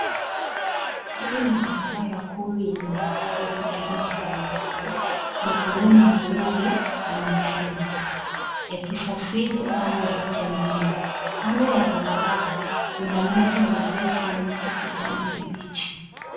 Hii ni barabara kuu yenye magari ya aina mbalimbali yakiwemo malori na magari madogo yakisafiri pande zote mbili. Kando ya barabara kuna miti mirefu ya kijani kibichi.